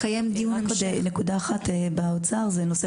עוד נקודה אחת שנוגעת למשרד האוצר היא נושא